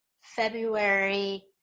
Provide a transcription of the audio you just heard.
February